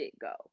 go